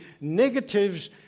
negatives